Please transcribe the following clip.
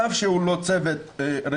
על אף שהוא לא צוות רפואי,